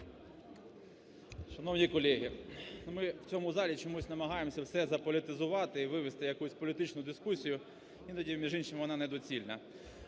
Шановні колеги, ну, ми в цьому залі чомусь намагаємося все заполітизувати і вивести якусь політичну дискусію, іноді, між іншим, вона недоцільна.